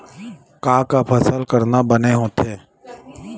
का का फसल करना बने होथे?